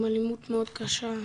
עם אלימות מאוד קשה,